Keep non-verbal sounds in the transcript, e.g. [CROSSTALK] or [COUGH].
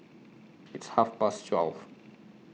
its Half Past twelve [NOISE]